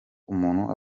umuntu